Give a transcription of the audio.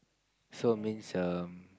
so means um